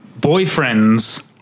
boyfriend's